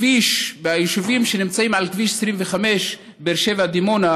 ביישובים שנמצאים על כביש 25 באר שבע דימונה,